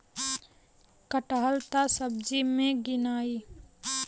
कटहल त सब्जी मे गिनाई